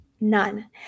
None